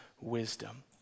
wisdom